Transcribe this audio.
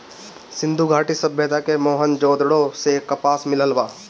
सिंधु घाटी सभ्यता के मोहन जोदड़ो से कपास मिलल बा